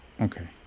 Okay